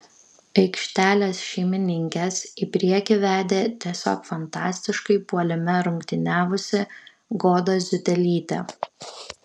aikštelės šeimininkes į priekį vedė tiesiog fantastiškai puolime rungtyniavusi goda ziutelytė